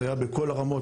זה היה בכל הרמות.